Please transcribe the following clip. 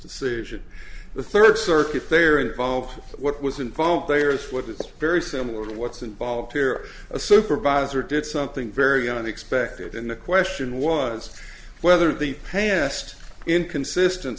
station the third circuit they are involved what was involved they are what is very similar to what's involved here a supervisor did something very unexpected and the question was whether the past inconsisten